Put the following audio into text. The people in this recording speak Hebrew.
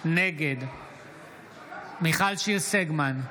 נגד מיכל שיר סגמן,